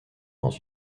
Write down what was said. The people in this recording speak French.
dans